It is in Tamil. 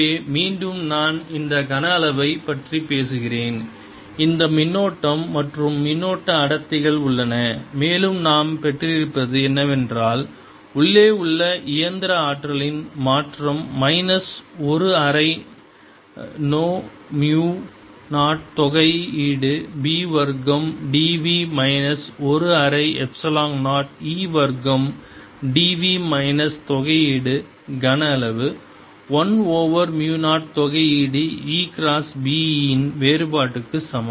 எனவே மீண்டும் நான் இந்த கன அளவைப் பற்றி பேசுகிறேன் இந்த மின்னோட்டம் மற்றும் மின்னூட்ட அடர்த்திகள் உள்ளன மேலும் நாம் பெற்றிருப்பது என்னவென்றால் உள்ளே உள்ள இயந்திர ஆற்றலின் மாற்றம் மைனஸ் ஒரு அரை நோ மு 0 தொகையீடு B வர்க்கம் dv மைனஸ் ஒரு அரை எப்சிலன் 0 E வர்க்கம் dv மைனஸ் தொகையீடு கனஅளவு 1 ஓவர் மு 0 தொகையீடு E கிராஸ் B இன் வேறுபாடு க்கு சமம்